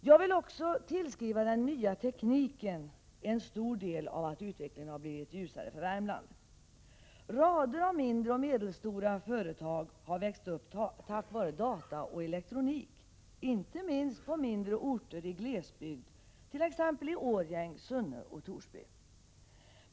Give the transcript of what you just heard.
Jag vill också tillskriva den nya tekniken en stor del av orsaken till att utvecklingen har blivit ljusare för Värmland. Rader av mindre och medelstora företag har växt upp tack vare data och elektronik, inte minst i mindre orter i glesbygd, t.ex. i Årjäng, Sunne och Torsby.